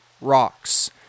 rocks